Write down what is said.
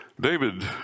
David